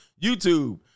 YouTube